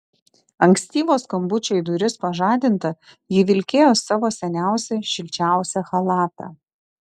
ankstyvo skambučio į duris pažadinta ji vilkėjo savo seniausią šilčiausią chalatą